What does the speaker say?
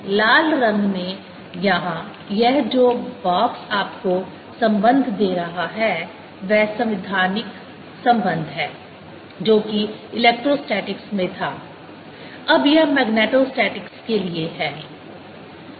लाल रंग में यहाँ यह जो बाक्स आपको संबंध दे रहा है वह संवैधानिक संबंध है जो कि इलेक्ट्रोस्टैटिक्स में था अब यह मैग्नेटोस्टैटिक्स के लिए है